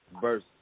Verse